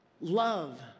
love